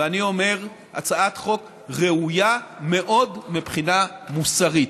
ואני אומר, הצעת חוק ראויה מאוד מבחינה מוסרית.